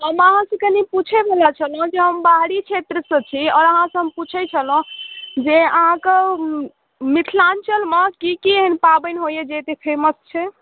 ओना अहाँसँ कनि पुछैवला छलहुँ जे हम बाहरी क्षेत्रसँ छी आओर अहाँसँ हम पुछै छलहुँ जे अहाँके मिथिलाञ्चलमे कि कि एहन पाबनि होइए जे एतऽ फेमस छै